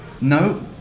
No